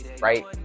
right